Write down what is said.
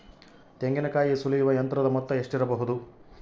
ತೆಂಗಿನಕಾಯಿ ಸುಲಿಯುವ ಯಂತ್ರದ ಮೊತ್ತ ಎಷ್ಟಿರಬಹುದು?